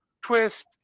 Twist